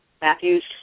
Matthews